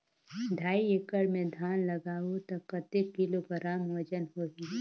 ढाई एकड़ मे धान लगाबो त कतेक किलोग्राम वजन होही?